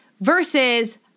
versus